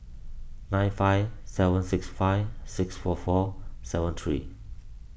nine five seven six five six four four seven three